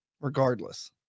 regardless